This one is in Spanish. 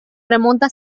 remonta